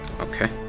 okay